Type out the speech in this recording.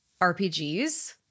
RPGs